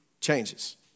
changes